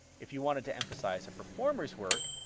if you wanted to emphasize a performer's work,